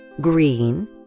green